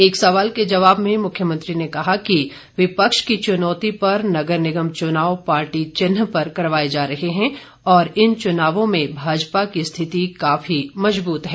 एक सवाल के जबाव में मुख्यमंत्री ने कहा कि विपक्ष की चुनौती पर नगर निगम चुनाव पार्टी चिन्ह पर करवाये जा रहे हैं और इन चुनावों में भाजपा की स्थिति काफी मजबूत है